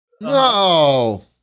No